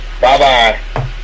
Bye-bye